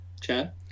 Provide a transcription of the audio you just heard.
Chad